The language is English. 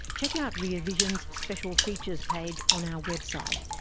check out rear vision's special features page on our website,